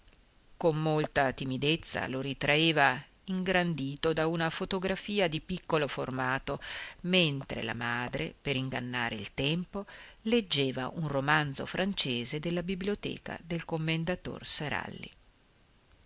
con molta timidezza lo ritraeva ingrandito da una fotografia di piccolo formato mentre la madre per ingannare il tempo leggeva un romanzo francese della biblioteca del commendator seralli